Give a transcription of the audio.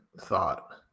thought